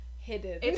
hidden